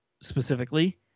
specifically